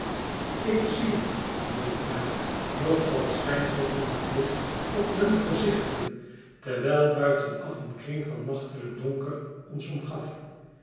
ik ziehet dunkt mij nog dat schynsel van het licht op hunne gezichten terwijl buitenaf een kring van nachtelijk donker ons omgaf